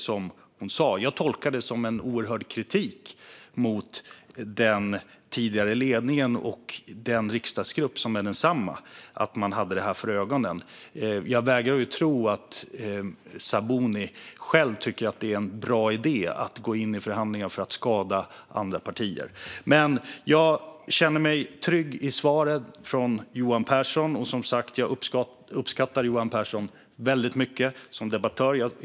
Jag tolkar hennes uttalande som en oerhörd kritik mot den tidigare ledningen och den riksdagsgrupp som är densamma att man hade detta för ögonen. Jag vägrar att tro att Sabuni själv tycker att det är en bra idé att gå in i förhandlingar för att skada andra partier. Jag känner mig trygg med Johan Pehrsons svar, och jag uppskattar honom väldigt mycket som debattör.